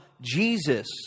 Jesus